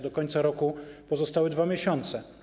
Do końca roku pozostały 2 miesiące.